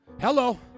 Hello